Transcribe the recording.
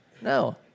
No